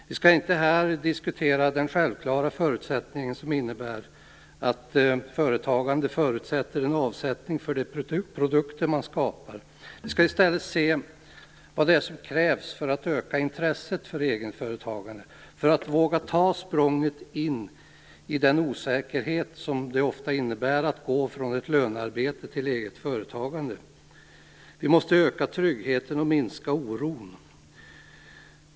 Vi skall inte här diskutera den självklara förutsättningen som innebär att allt företagande förutsätter en avsättning för de produkter som man skapar. Vi skall i stället se vad det är som krävs för att öka intresset för egenföretagande och för att man skall våga ta språnget in i den osäkerhet som det ofta innebär att gå från ett lönearbete till ett eget företagande. Vi måste öka tryggheten och minska oron.